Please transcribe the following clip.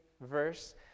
verse